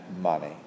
money